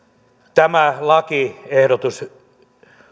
tämä lakiehdotus